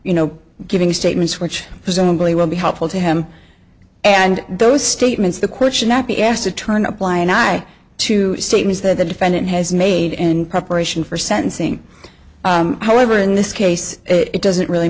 you know giving statements which presumably will be helpful to him and those statements the court should not be asked to turn a blind eye to statements that the defendant has made in preparation for sentencing however in this case it doesn't really